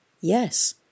Yes